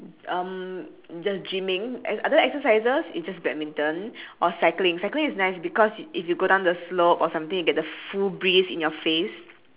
um just gymming exe~ other exercises is just badminton or cycling cycling is nice because if you go down the slope or something you get the full breeze in your face